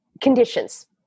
conditions